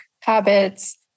habits